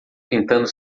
pintando